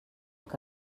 que